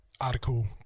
article